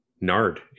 Nard